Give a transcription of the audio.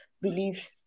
beliefs